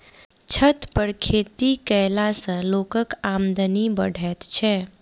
छत पर खेती कयला सॅ लोकक आमदनी बढ़ैत छै